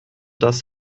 das